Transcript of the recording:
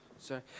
Sorry